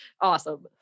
Awesome